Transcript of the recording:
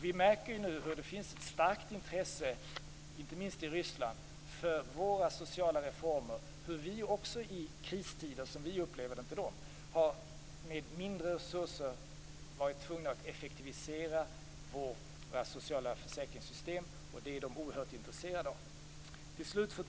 Vi märker nu att det finns ett starkt intresse, inte minst i Ryssland, för våra sociala reformer och för att vi också, i kristider hos oss med mindre resurser, har varit tvungna att effektivisera våra sociala försäkringssystem. Det är de oerhört intresserade av. Fru talman!